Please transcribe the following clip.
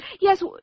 Yes